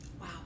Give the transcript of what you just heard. wow